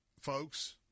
folks